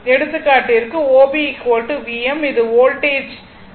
எடுத்துக்காட்டிற்கு O B Vm இது voltage z